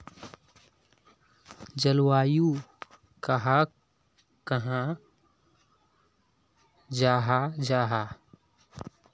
जलवायु कहाक कहाँ जाहा जाहा?